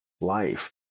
Life